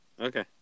Okay